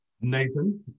Nathan